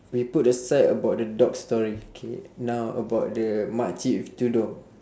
we put aside about the dog story K now about the makcik with tudung